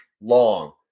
long